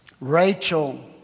Rachel